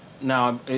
now